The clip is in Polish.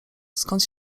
skąd